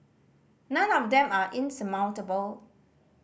none of them are insurmountable